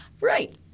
right